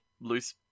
loose